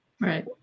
right